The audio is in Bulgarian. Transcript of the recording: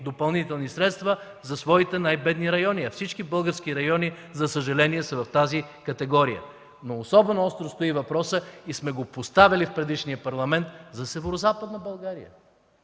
допълнителни средства за своите най-бедни райони. А всички български райони, за съжаление, са в тази категория. Особено остро стои въпросът и сме го поставяли в предишния Парламент – за Северозападна България,